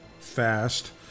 fast